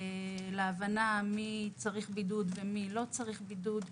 להבנה מי צריך בידוד ומי לא צריך בידוד.